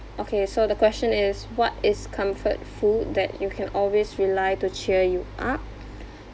okay so the question is what is comfort food that you can always rely to cheer you up